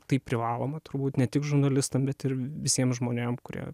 tai privaloma turbūt ne tik žurnalistam bet ir visiem žmonėm kurie